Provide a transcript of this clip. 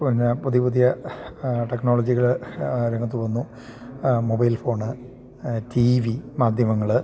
പിന്നെ പുതിയ പുതിയ ടെക്നോളജികൾ രംഗത്തുവന്നു മൊബൈൽ ഫോണ് റ്റീ വി മാധ്യമങ്ങൾ